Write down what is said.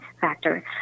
factor